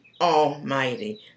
Almighty